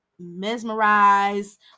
Mesmerized